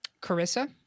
Carissa